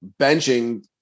benching